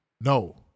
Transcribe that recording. No